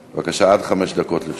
בבקשה, עד חמש דקות לרשותך.